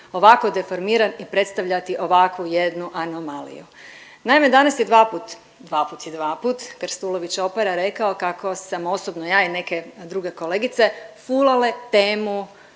ovako deformiran i predstavljati ovakvu jednu anomaliju. Naime danas je dva put, dva put je dva put, Krstulović Opara rekao kako sam osobno ja i neke druge kolegice fulale temu